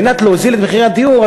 וכדי להוזיל את הדיור,